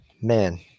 Man